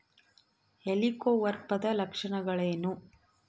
ಹೆಲಿಕೋವರ್ಪದ ಲಕ್ಷಣಗಳೇನು?